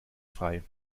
frei